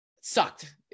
Sucked